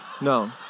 no